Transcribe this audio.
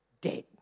dead